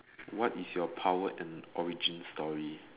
what is your power and origin story